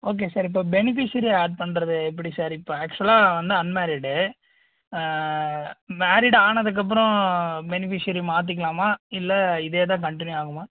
okay sir இப்போது beneficiary add பண்றது எப்படி சார் இப்போ ஆக்சுவலாக வந்து அன்மேரிடு மேரிடு ஆனதுக்கப்புறம் பெனிஃபிஷரி மாற்றிக்கலாமா இல்லை இதேதான் கன்டினியூ ஆகுமா